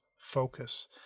focus